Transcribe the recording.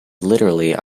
literally